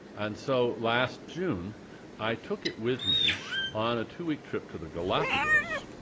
and so last june i took it with me on a two-week trip to the galapagos,